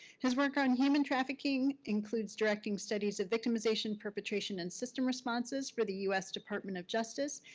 his work on human trafficking includes directing studies of victimization, perpetration, and system responses for the us department of justice,